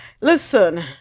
Listen